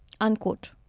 Unquote